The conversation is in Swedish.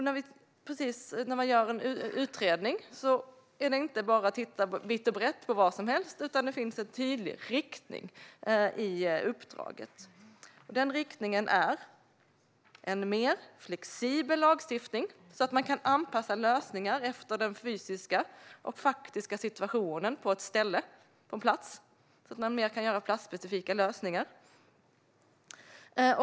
När man gör en utredning tittar man inte bara vitt och brett på vad som helst, utan det finns en tydlig riktning i uppdraget. Denna riktning är en mer flexibel lagstiftning så att lösningar kan göras utifrån den fysiska och faktiska situationen på ett ställe eller en plats - mer platsspecifika lösningar.